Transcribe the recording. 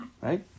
Right